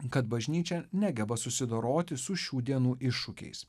kad bažnyčia negeba susidoroti su šių dienų iššūkiais